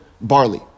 barley